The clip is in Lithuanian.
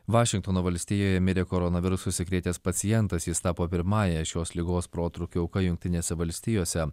vašingtono valstijoje mirė koronavirusu užsikrėtęs pacientas jis tapo pirmąja šios ligos protrūkio auka jungtinėse valstijose